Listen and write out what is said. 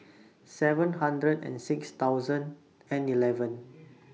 seven hundred and six thousand and eleven